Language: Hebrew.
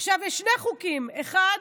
עכשיו, יש שני חוקים: אחד,